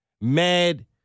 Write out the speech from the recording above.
mad